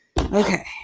Okay